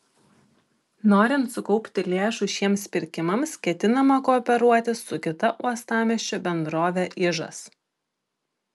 norint sukaupti lėšų šiems pirkimams ketinama kooperuotis su kita uostamiesčio bendrove ižas